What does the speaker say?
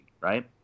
right